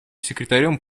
секретарем